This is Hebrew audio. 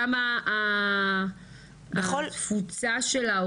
כמה התפוצה שלה,